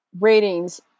ratings